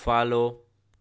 follow